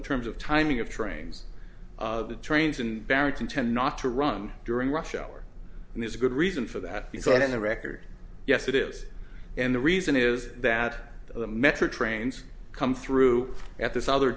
in terms of timing of trains the trains and barracks in tend not to run during rush hour and there's a good reason for that he said on the record yes it is and the reason is that the metro trains come through at this other